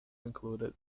included